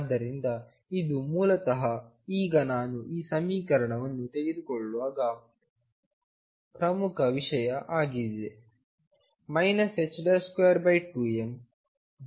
ಆದ್ದರಿಂದ ಇದು ಮೂಲತಃ ಈಗ ನಾನು ಈ ಸಮೀಕರಣವನ್ನು ತೆಗೆದುಕೊಳ್ಳುವಾಗ ಪ್ರಮುಖ ವಿಷಯ ಆಗಲಿದೆ